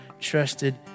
trusted